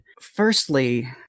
firstly